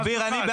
אביר, תקשיב.